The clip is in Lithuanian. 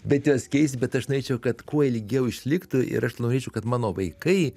bet jos keisis bet aš norėčiau kad kuo ilgiau išliktų ir aš norėčiau kad mano vaikai